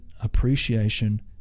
appreciation